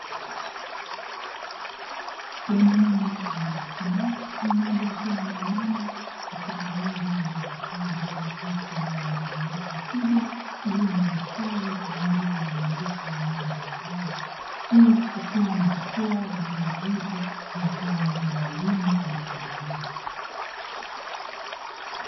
Wanaume waliosimama na mmoja akiwa ameinama katika meza iliyohifadhi karatasi yenye rangi nyeupe kubwa iliyo na michoro pamoja na maandishi ya aina mbalimbali hii ikiwa ni hatua ya maandalizi ya utoaji wa elimu kwa watu wazima.